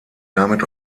damit